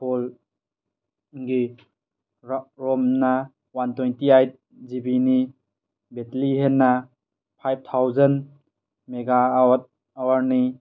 ꯐꯣꯟꯒꯤ ꯔꯣꯝꯅ one twenty eight ꯖꯤꯕꯤꯅꯤ ꯕꯦꯇ꯭ꯂꯤ ꯍꯦꯜꯅ ꯐꯥꯏꯚ ꯊꯥꯎꯖꯟ ꯃꯦꯒꯥ ꯑꯋ꯭ꯔꯅꯤ